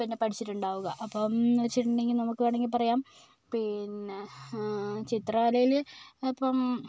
പിന്നെ പഠിച്ചിട്ടുണ്ടാകുക അപ്പം എന്ന് വെച്ചിട്ടുണ്ടെങ്കിൽ നമുക്ക് വേണമെങ്കിൽ പറയാം പിന്നെ ചിത്രകലയില് ഇപ്പം